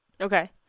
Okay